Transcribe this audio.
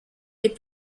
les